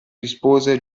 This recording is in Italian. rispose